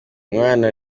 umwana